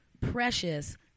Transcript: precious